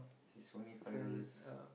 this is only five dollars